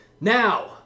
Now